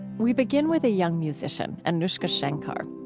we begin with a young musician, anoushka shankar.